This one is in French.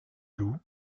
loup